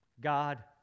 God